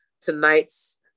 tonight's